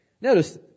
Notice